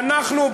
ואנחנו,